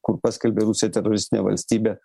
kur paskelbė rusiją teroristine valstybe